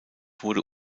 wurde